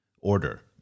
order